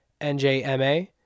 NJMA